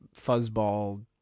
fuzzball